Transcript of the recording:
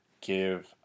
give